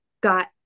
got